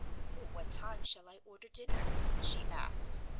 for what time shall i order dinner? she asked.